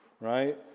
right